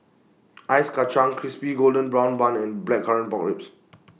Ice Kachang Crispy Golden Brown Bun and Blackcurrant Pork Ribs